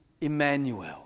Emmanuel